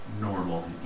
Normal